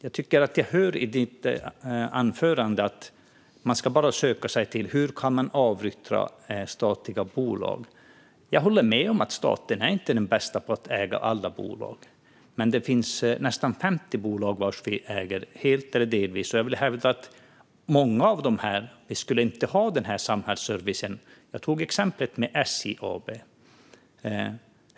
Jag tycker att jag hör i ditt anförande att man bara ska söka sig till hur man kan avyttra statliga bolag, Arman Teimouri. Jag håller med om att staten inte är den bästa på att äga alla bolag. Men det finns nästan 50 bolag som vi helt eller delvis äger. Jag vill hävda att många av dem annars inte skulle sköta den här samhällsservicen. Jag tog exemplet med SJ AB.